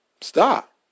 Stop